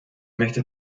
möchte